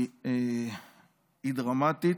היא דרמטית,